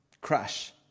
crash